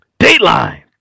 Dateline